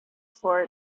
for